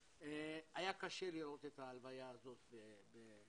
היה קשה לראות את ההלוויה הזאת בזום,